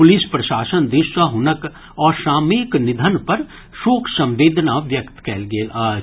police प्रशासन दिस सँ हुनक असामयिक निधन पर शोक संवेदना व्यक्त कयल गेल अछि